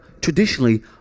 traditionally